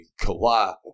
Kawhi